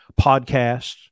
Podcasts